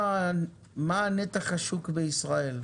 מה נתח השוק בישראל?